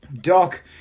Doc